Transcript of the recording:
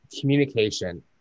communication